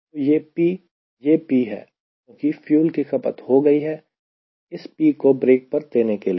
तो यह P यह P है क्योंकि फ्यूल की खपत हो गई है इस P को ब्रेक पर देने के लिए